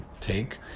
take